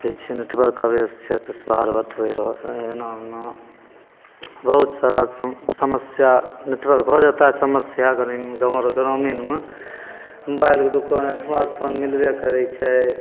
कहै छै network coverage क्षेत्रसे बाहर बतबै रहै एना ओना बहुत सारा सम समस्या नेटवर्क हो जाता है समस्या कनि हमर ग्रामीणमे मोबाइलके दोकान इस्मार्ट फोन मिलबे करै छै